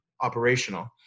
operational